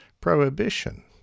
Prohibition